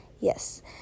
yes